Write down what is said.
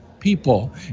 people